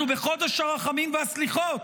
אנחנו בחודש הרחמים והסליחות.